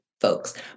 folks